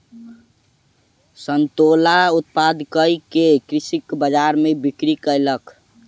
संतोला उत्पादन कअ के कृषक बजार में बिक्री कयलक